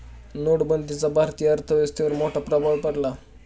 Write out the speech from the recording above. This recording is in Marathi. नोटबंदीचा भारतीय अर्थव्यवस्थेवर मोठा प्रभाव पडला